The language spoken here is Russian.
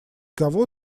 кого